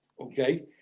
Okay